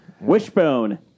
Wishbone